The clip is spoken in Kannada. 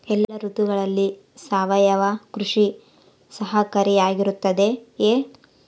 ಎಲ್ಲ ಋತುಗಳಲ್ಲಿ ಸಾವಯವ ಕೃಷಿ ಸಹಕಾರಿಯಾಗಿರುತ್ತದೆಯೇ?